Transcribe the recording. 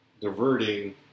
diverting